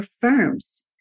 firms